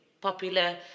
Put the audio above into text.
popular